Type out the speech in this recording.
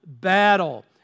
battle